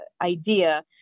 idea